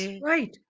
right